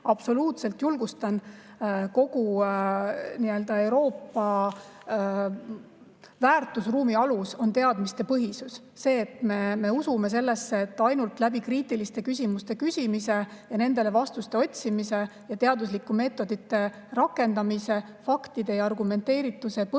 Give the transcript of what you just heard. Absoluutselt julgustan. Kogu Euroopa väärtusruumi alus on teadmistepõhisus – see, et me usume sellesse, et ainult läbi kriitiliste küsimuste küsimise ja nendele vastuste otsimise ja teaduslike meetodite rakendamise, faktide ja argumenteerituse põhjal uue